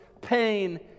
pain